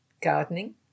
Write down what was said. Gardening